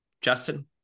Justin